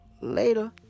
Later